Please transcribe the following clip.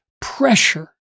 pressure